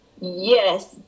Yes